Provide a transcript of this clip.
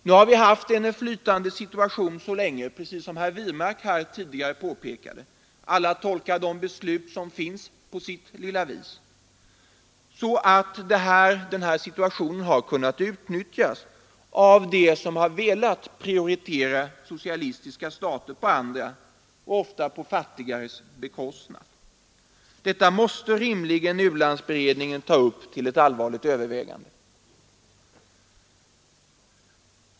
Nu har vi haft en flytande situation som herr , Wirmark påpekade och länge nog utnyttjats av dem som velat prioritera socialistiska stater på andra — och ofta fattigare — staters bekostnad. Detta måste rimligen u-landsberedningen ta upp till ett allvarligt övervägande.